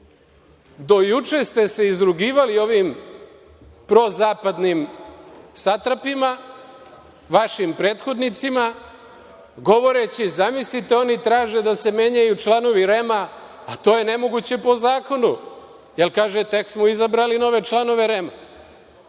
Do juče ste se izrugivali ovim prozapadnim satrapima, vašim prethodnicima, govoreći - zamislite oni traže da se menjaju članovi REM-a a to je nemoguće po zakonu, jel kaže - tek smo izabrali nove članove REM-a.